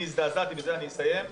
אני הזדעזעתי, בזה אסיים,